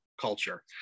culture